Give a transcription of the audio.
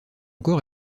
corps